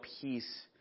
peace